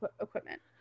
equipment